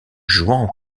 jouant